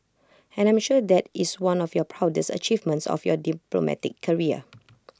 and I'm sure that is one of your proudest achievements of your diplomatic career